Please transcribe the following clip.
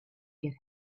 get